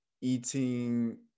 eating